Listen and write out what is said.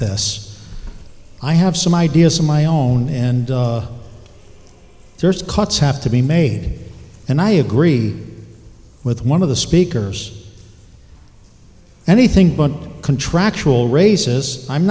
this i have some ideas of my own and there's cuts have to be made and i agree with one of the speakers anything but contractual raises i'm